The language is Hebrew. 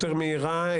יותר מהירה.